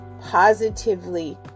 positively